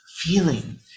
feeling